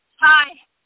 Hi